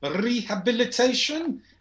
rehabilitation